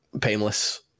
painless